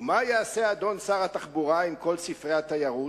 ומה יעשה אדון שר התחבורה עם כל ספרי התיירות,